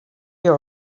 you